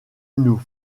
nous